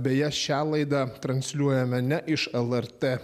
beje šią laida transliuojama ne iš lrt